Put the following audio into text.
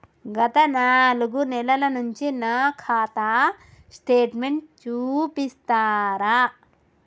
గత నాలుగు నెలల నుంచి నా ఖాతా స్టేట్మెంట్ చూపిస్తరా?